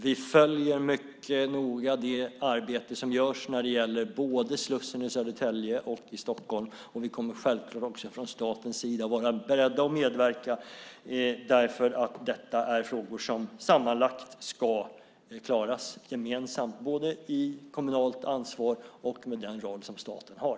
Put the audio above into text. Vi följer mycket noga det arbete som görs beträffande slussarna i både Södertälje och Stockholm, och vi kommer självklart också att från statens sida vara beredda att medverka. Det här är frågor som ska klaras gemensamt, både genom ett kommunalt ansvar och genom den roll som staten har.